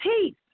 peace